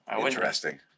interesting